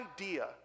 idea